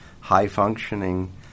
high-functioning